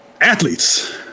Athletes